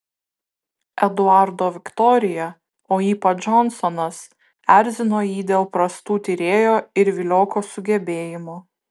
eduardo viktorija o ypač džonsonas erzino jį dėl prastų tyrėjo ir vilioko sugebėjimų